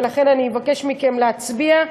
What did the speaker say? ולכן אני אבקש מכם להצביע.